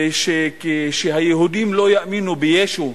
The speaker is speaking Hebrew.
ושכשהיהודים לא יאמינו בישו,